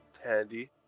handy